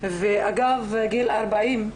ואגב גיל 40,